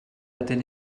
ydyn